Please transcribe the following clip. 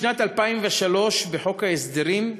בשנת 2003, בחוק ההסדרים,